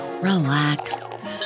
relax